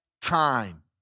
time